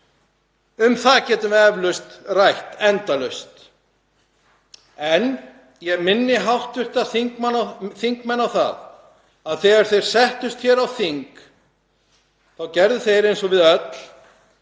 Um það getum við eflaust rætt endalaust en ég minni hv. þingmenn á að þegar þeir settust hér á þing þá gerðu þeir, eins og við öll,